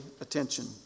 attention